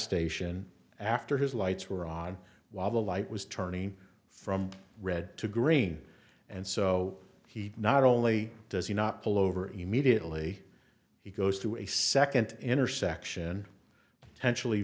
station after his lights were on while the light was turning from red to green and so he not only does he not pull over immediately he goes through a second intersection sensually